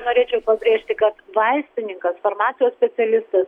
norėčiau pabrėžti kad vaistininkas farmacijos specialistas